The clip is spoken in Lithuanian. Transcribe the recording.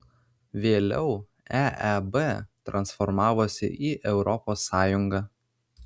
vėliau eeb transformavosi į europos sąjungą